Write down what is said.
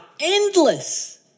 endless